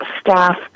staff